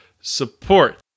support